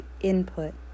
Input